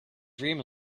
dream